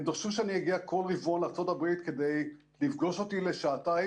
הם דרשו שאני אגיע כל רבעון לארצות הברית כדי לפגוש אותי לשעתיים,